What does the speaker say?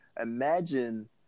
Imagine